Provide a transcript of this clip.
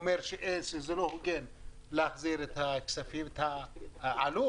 ברור שצריך לעזור לאל על,